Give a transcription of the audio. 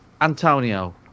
Antonio